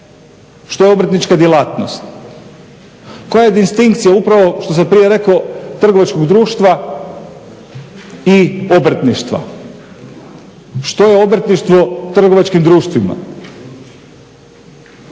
što je obrtnička djelatnost. Koja je distinkcija upravo što sam prije rekao trgovačkog društva i obrtništva. Što je obrtništvo trgovačkim društvima.